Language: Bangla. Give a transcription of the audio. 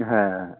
হ্যাঁ